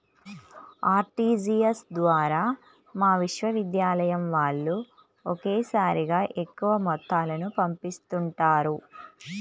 RTGS ద్వారా మా విశ్వవిద్యాలయం వాళ్ళు ఒకేసారిగా ఎక్కువ మొత్తాలను పంపిస్తుంటారు